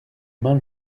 mains